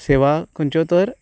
सेवा खंयच्यो तर